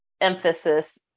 emphasis